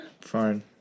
Fine